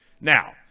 Now